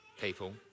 people